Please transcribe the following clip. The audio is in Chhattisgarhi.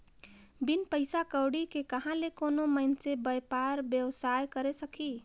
बिन पइसा कउड़ी के कहां ले कोनो मइनसे बयपार बेवसाय करे सकही